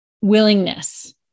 willingness